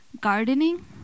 gardening